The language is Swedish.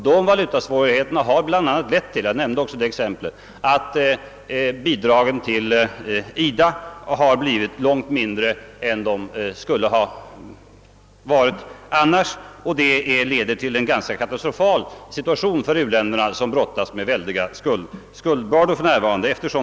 Dessa valutasvårigheter har bl.a. lett till — jag nämnde ock så det exemplet — att bidragen till IDA blivit långt mindre än de skulle ha varit annars och att detta leder till en ganska katastrofal situation för u-länderna som för närvarande dras med en väldig skuldbörda.